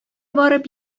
барып